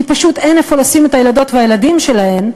כי פשוט אין איפה לשים את הילדות והילדים שלהם,